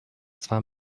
zwei